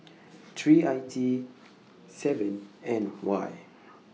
three I T seven N Y